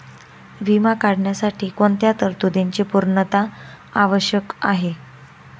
विमा काढण्यासाठी कोणत्या तरतूदींची पूर्णता आवश्यक आहे?